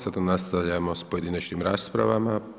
Sada nastavljamo sa pojedinačnim raspravama.